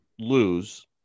lose